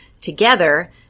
together